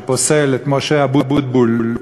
שפוסל את משה אבוטבול,